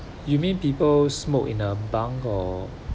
you mean people smoke in a bunk or